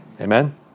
Amen